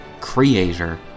creator